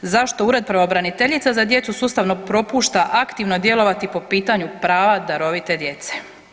Zašto Ured pravobraniteljice za djecu sustavno propušta aktivno djelovati po pitanju prava darovite djece?